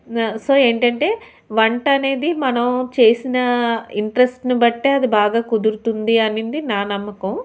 so ఏంటంటే వంట అనేది మనం చేసిన ఇంట్రెస్ట్ని బట్టి అది బాగా కుదురుతుంది అనేది నా నమ్మకం